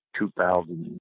2,000